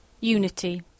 Unity